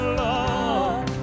love